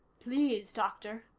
please, doctor,